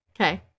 Okay